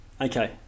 Okay